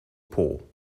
paw